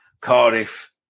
Cardiff